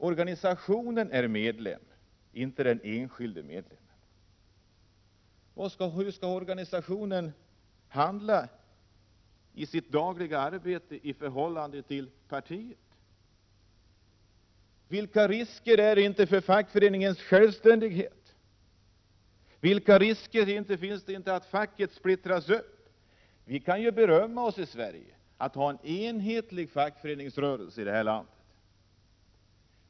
Organisationen är medlem, inte den enskilde. Hur skall organisationen handla i sitt dagliga arbete i förhållande till partiet? Vilka risker är det inte för fackföreningens självständighet? Vilka risker finns inte för att facket splittras upp! Vi kan berömma oss i Sverige av att ha en enhetlig fackföreningsrörelse.